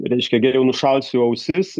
reiškia geriau nušalsiu ausis